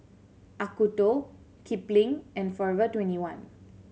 Acuto Kipling and Forever Twenty one